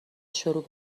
شروع